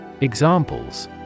Examples